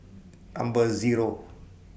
Number Zero